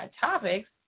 topics